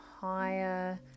higher